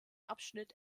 abschnitt